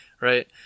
Right